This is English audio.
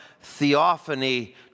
theophany